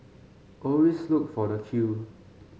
always look for the queue